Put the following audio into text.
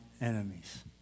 enemies